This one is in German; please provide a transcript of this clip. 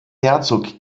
herzog